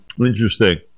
Interesting